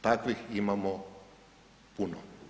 Takvih imamo puno.